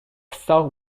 south